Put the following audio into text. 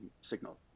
signal